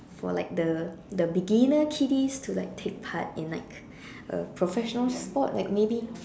for like the the beginner kiddies to like take part in like a professional sport like maybe